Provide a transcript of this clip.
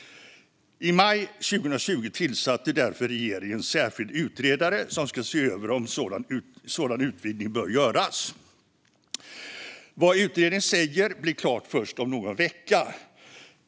I maj 2020 tillsatte därför regeringen en särskild utredare som ska se över om en sådan utvidgning bör göras. Vad utredningen säger blir klart först om någon vecka.